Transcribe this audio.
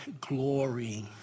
glory